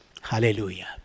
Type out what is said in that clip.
hallelujah